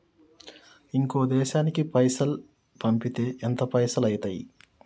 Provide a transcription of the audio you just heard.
ఇంకో దేశానికి పైసల్ పంపితే ఎంత పైసలు అయితయి?